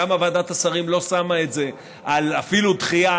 למה ועדת השרים לא שמה את זה אפילו לדחייה